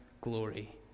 glory